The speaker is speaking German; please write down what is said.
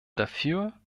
dafür